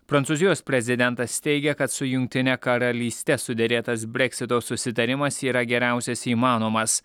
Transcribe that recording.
prancūzijos prezidentas teigia kad su jungtine karalyste suderėtas breksito susitarimas yra geriausias įmanomas